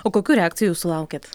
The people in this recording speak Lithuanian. o kokių reakcijų sulaukiat